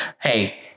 Hey